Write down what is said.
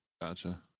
Gotcha